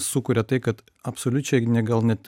sukuria tai kad absoliučiai ne gal net